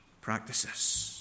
practices